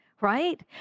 right